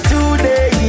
Today